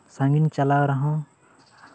ᱥᱟᱺᱜᱤᱧ ᱪᱟᱞᱟᱣ ᱨᱮᱦᱚᱸ